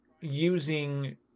using